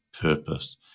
purpose